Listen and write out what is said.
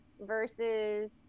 versus